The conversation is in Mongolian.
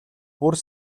бүр